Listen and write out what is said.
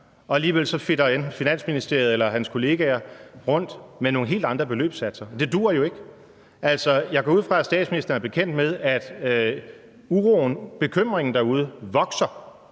og alligevel fedter enten finansministeren eller hans kollegaer rundt med nogle helt andre beløbssatser, og det duer jo ikke. Altså, jeg går ud fra, at statsministeren er bekendt med, at uroen, bekymringen derude vokser.